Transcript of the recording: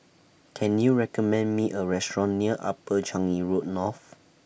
Can YOU recommend Me A Restaurant near Upper Changi Road North